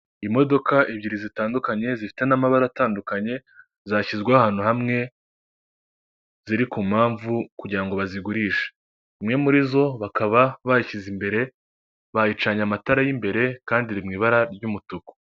Imodoka ebyiri zitandukanye zifite n'amabara atandukanye zashyizwe ahantu hamwe ziri ku mpamvu kugira ngo bazigurishe, imwe muri zo bakaba bayishyize imbere bayicanye amatara y'imbere kandi iri mu ibara ry'umutuku.